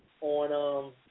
on